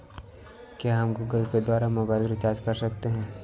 क्या हम Google Pay द्वारा मोबाइल रिचार्ज कर सकते हैं?